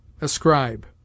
ASCRIBE